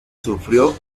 sufrió